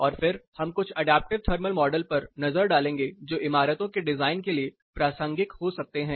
और फिर हम कुछ अडैप्टिव थर्मल मॉडल पर नज़र डालेंगे जो इमारतों के डिजाइन के लिए प्रासंगिक हो सकते हैं